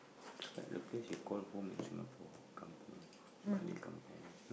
the place you call home in Singapore kampung Balik kampung